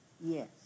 Yes